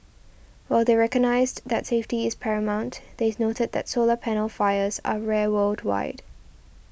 while they recognised that safety is paramount they noted that solar panel fires are rare worldwide